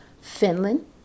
Finland